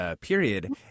period